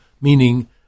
meaning